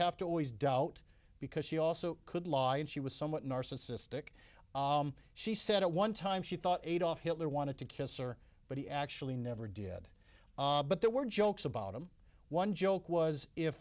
have to always doubt because she also could lie and she was somewhat narcissistic she said at one time she thought eight off hitler wanted to kiss or but he actually never did but there were jokes about him one joke was if